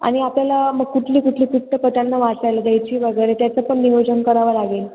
आणि आपल्याला मग कुठली कुठली पुस्तकं त्यांना वाचायला द्यायची वगैरे त्याचं पण नियोजन करावं लागेल